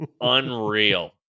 unreal